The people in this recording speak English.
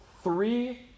Three